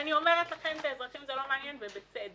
אני אומרת לכם שאת האזרחים זה לא מעניין, ובצדק.